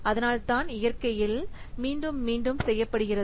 அதனால்தான் இது இயற்கையில் மீண்டும் மீண்டும் செய்யப்படுகிறது